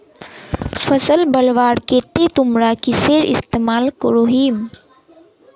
फसल बढ़वार केते तुमरा किसेर इस्तेमाल करोहिस?